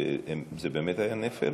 שזה באמת היה נפל?